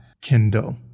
Kindle